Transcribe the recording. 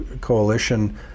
coalition